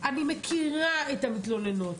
אני מכירה את המתלוננות.